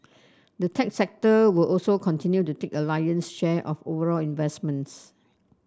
the tech sector will also continue to take a lion's share of overall investments